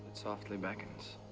softly beckons.